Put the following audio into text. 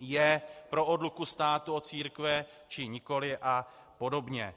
je pro odluku státu od církve, či nikoli a podobně.